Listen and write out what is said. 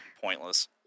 pointless